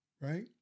Right